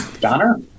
Donner